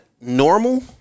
normal